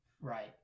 Right